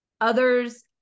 others